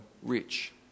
rich